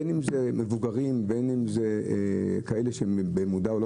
בין אם זה מבוגרים ובין אם זה כאלה שבמודע או שלא